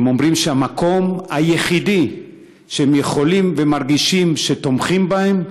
הם אומרים שהמקום היחידי שהם יכולים ומרגישים שתומכים בהם,